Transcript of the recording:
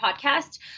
podcast